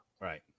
Right